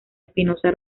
espinoza